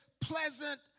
pleasant